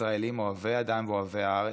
ישראלים אוהבי אדם ואוהבי הארץ.